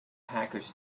hackers